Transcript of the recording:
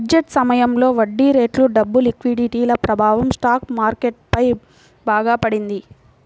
budget సమయంలో వడ్డీరేట్లు, డబ్బు లిక్విడిటీల ప్రభావం స్టాక్ మార్కెట్ పై బాగా పడింది